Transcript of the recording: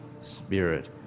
spirit